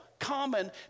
common